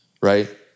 right